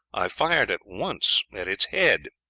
i fired at once at its head.